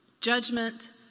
Judgment